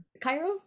Cairo